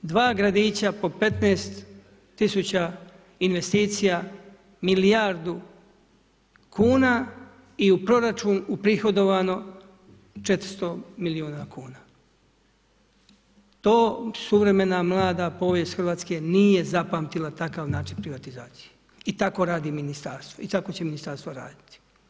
2 gradića po 15 000 investicija, milijardu kuna i u proračun uprihodovano 400 milijuna kuna. to suvremena mlada povijest Hrvatske nije zapamtila takav način privatizacije i tako radi ministarstvo i tako će ministarstvo raditi.